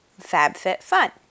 fabfitfun